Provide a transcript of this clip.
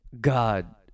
God